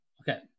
Okay